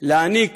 להעניק